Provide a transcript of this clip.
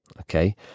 Okay